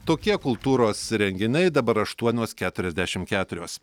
tokie kultūros renginiai dabar aštuonios keturiasdešim keturios